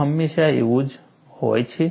શું હંમેશાં એવું જ હોય છે